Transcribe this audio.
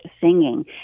singing